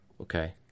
Okay